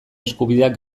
eskubideak